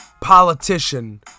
politician